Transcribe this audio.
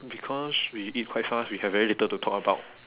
because we eat quite fast we have very little to talk about